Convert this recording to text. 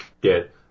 get